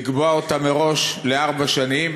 לקבוע אותה מראש לארבע שנים,